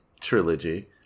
trilogy